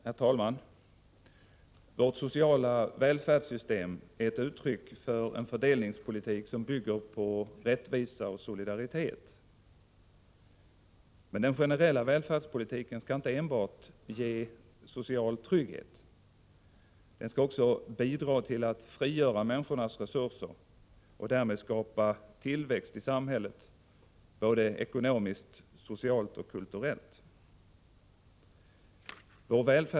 Herr talman! Vårt sociala välfärdssystem är ett uttryck för en fördelningspolitik som bygger på rättvisa och solidaritet. Den generella välfärdspolitiken skall emellertid inte enbart ge social trygghet — den skall också bidra till att frigöra människornas resurser och därmed skapa tillväxt i samhället både ekonomiskt, socialt och kulturellt.